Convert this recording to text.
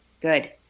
Good